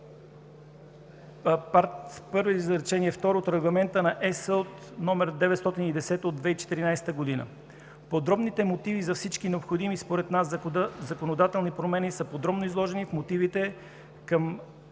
Част І, изречение второ от Регламента ЕС 910/2014 г. Подробните мотиви за всички необходими според нас законодателни промени са подробно изложени в мотивите към